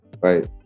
Right